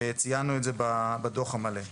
ציינו את זה בדוח המלא.